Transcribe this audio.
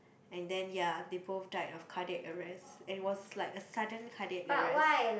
and then ya they both died of cardiac arrest and was like a sudden cardiac arrest